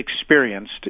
experienced